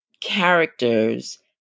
characters